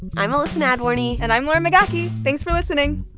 i'm elissa nadworny and i'm lauren migaki. thanks for listening